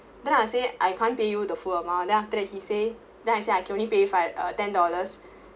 then I say I can't pay you the full amount then after that he say then I say I can only pay you fi~ uh ten dollars